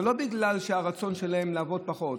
זה לא בגלל הרצון שלהן לעבוד פחות.